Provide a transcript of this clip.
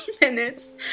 minutes